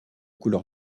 couleur